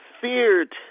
feared